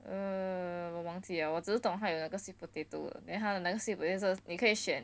err 我忘记了我只是懂还有那个 sweet potato then 他的那个 sweet potato 你可以选